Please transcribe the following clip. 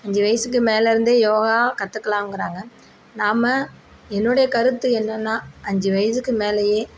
அஞ்சு வயதுக்கு மேலேருந்து யோகா கற்றுக்கலாங்கறாங்க நாம் என்னுடைய கருத்து என்னென்னா அஞ்சு வயதுக்கு மேலேயே